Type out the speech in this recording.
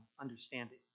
understanding